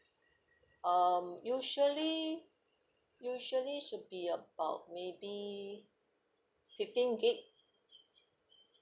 um usually usually should be about maybe fifteen gig